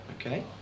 Okay